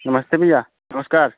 नमस्ते भैया नमस्कार